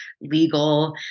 legal